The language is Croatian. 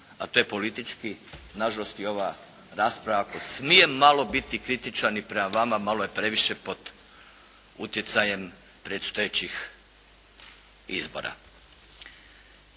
a to je politički. Nažalost i ova rasprava ako smijem malo biti kritičan i prema vama malo je previše pod utjecajem predstojećih izbora.